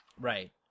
right